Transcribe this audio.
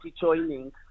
joining